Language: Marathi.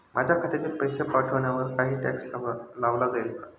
माझ्या खात्यातील पैसे पाठवण्यावर काही टॅक्स लावला जाईल का?